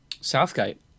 Southgate